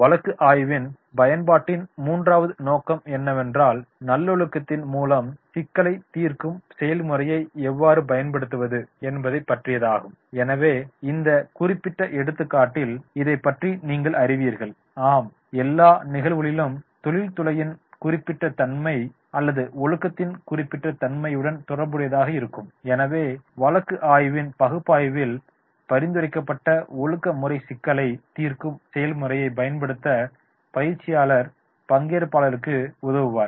வழக்கு ஆய்வின் பயன்பாட்டின் மூன்றாவது நோக்கம் என்னவென்றால் நல்ஒழுக்கத்தின் மூலம் சிக்கலை தீர்க்கும் செயல்முறையைப் எவ்வாறு பயன்படுத்து என்பதை பற்றியதாகும் எனவே இந்த குறிப்பிட்ட எடுத்துக்காட்டில் இதை பற்றி நீங்கள் அறிவீர்கள் ஆம் எல்லா நிகழ்வுகளிலும் தொழில்துறையின் குறிப்பிட்ட தன்மை அல்லது ஒழுக்கத்தின் குறிப்பிட்ட தன்மையுடன் தொடர்புடையதாக இருக்கும் எனவே வழக்கு ஆய்வின் பகுப்பாய்வில் பரிந்துரைக்கப்பட்ட ஒழுக்க முறை சிக்கலை தீர்க்கும் செயல்முறையைப் பயன்படுத்த பயிற்சியாளர் பங்கேற்பாளருக்கு உதவுவார்